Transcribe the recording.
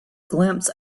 glimpse